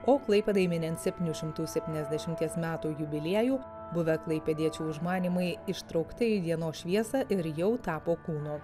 o klaipėdai minint septynių šimtų septyniasdešimties metų jubiliejų buvę klaipėdiečių užmanymai ištraukti į dienos šviesą ir jau tapo kūnu